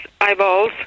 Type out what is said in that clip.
eyeballs